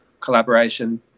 collaboration